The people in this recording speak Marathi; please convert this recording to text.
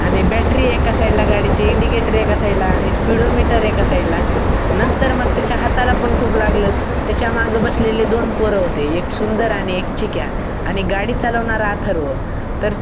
आणि बॅटरी एका साईडला गाडीची इंडिकेटर एका साईडला आणि स्पीडोमीटर एका साईडला नंतर मग त्याच्या हाताला पण खूप लागलं त्याच्या माग बसलेले दोन पोरं होते एक सुंदर आणि एक चिक्या आणि गाडी चालवणारा अथर्व तर